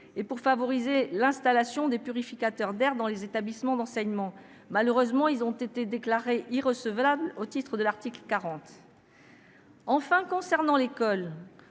et à favoriser l'installation de purificateurs d'air dans les établissements d'enseignement. Malheureusement, ils ont été déclarés irrecevables au titre de l'article 40 de la Constitution.